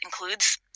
includes